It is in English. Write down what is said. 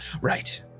Right